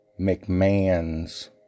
McMahons